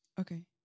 Okay